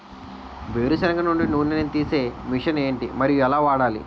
వేరు సెనగ నుండి నూనె నీ తీసే మెషిన్ ఏంటి? మరియు ఎలా వాడాలి?